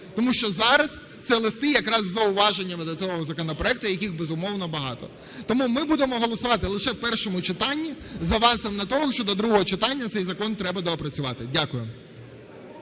Тому що зараз це листи якраз із зауваженнями до цього законопроекту, яких, безумовно, багато. Тому ми будемо голосувати лише в першому читанні з авансом до того, що до другого читання цей треба доопрацювати. Дякую.